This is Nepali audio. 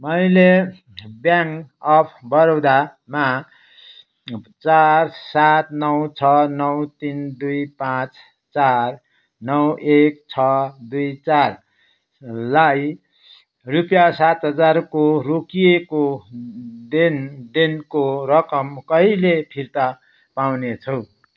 मैले ब्याङ्क अफ् बडौदामा चार सात नौ छ नौ तिन दुई पाँच चार नौ एक छ दुई चारलाई रुपियाँ सात हजारको रोकिएको देन देनको रकम कहिले फिर्ता पाउनेछु